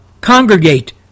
congregate